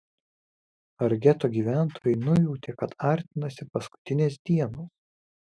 ar geto gyventojai nujautė kad artinasi paskutinės dienos